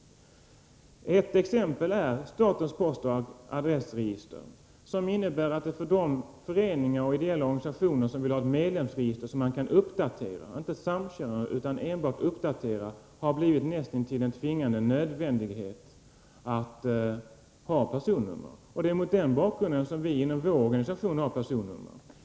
Ett exempel är statens postoch adressregister. För de föreningar och ideella organisationer som vill ha ett medlemsregister som de kan uppdatera — inte samköra utan enbart uppdatera — har det blivit näst intill en tvingande nödvändighet att använda personnummer. Det är mot denna bakgrund som vi inom vår organisation använder personnummer.